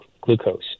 glucose